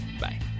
bye